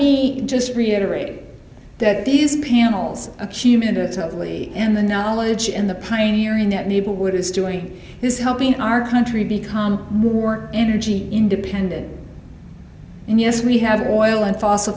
me just reiterate that these panels accumulatively and the knowledge in the pioneer in that neighborhood is doing is helping our country become more energy independent and yes we have oil and fossil